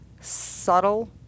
Subtle